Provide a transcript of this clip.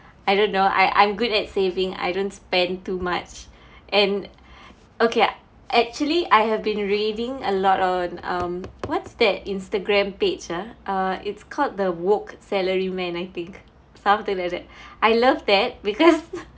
I don't know I I'm good at saving I don't spend too much and okay actually I have been reading a lot on um what's that Instagram page ah uh it's called the woke salary man I think something like that I love that because